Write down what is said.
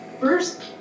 first